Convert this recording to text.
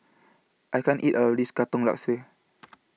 I can't eat All of This Katong Laksa